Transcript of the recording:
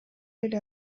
эле